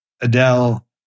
Adele